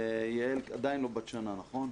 יעל עדיין לא בת שנה, נכון?